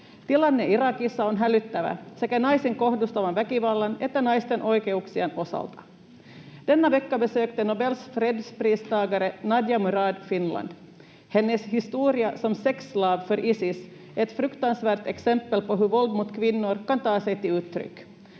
Tilanne Irakissa on hälyttävä sekä naisiin kohdistuvan väkivallan että naisten oikeuksien osalta. Denna vecka besökte Nobels fredspristagare Nadia Murad Finland. Hennes historia som sexslav för Isis är ett fruktansvärt exempel på hur våld mot kvinnor kan ta sig uttryck.